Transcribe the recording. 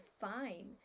fine